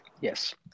Yes